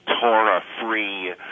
Torah-free